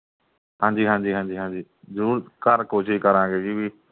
ਹਾਂਜੀ ਹਾਂਜੀ ਹਾਂਜੀ ਹਾਂਜੀ ਜ਼ਰੂਰ ਘਰ ਕੋਸ਼ਿਸ਼ ਕਰਾਂਗੇ ਜੀ ਵੀ